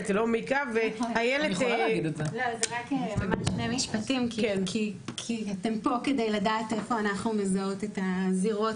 רק שני משפטים כי אתם פה כדי לדעת איפה אנחנו מזהות את הזירות,